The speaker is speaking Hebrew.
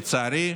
לצערי,